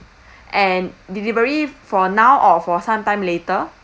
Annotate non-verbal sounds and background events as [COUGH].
[BREATH] and delivery for now or for some time later